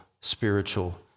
spiritual